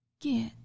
get